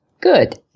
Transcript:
Good